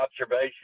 observation